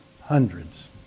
hundreds